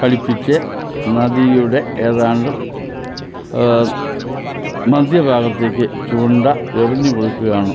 ഘടിപ്പിച്ച് നദിയുടെ ഏതാണ്ട് മധ്യ ഭാഗത്തേക്ക് ചൂണ്ട എറിഞ്ഞ് കൊടുക്കുകയാണ്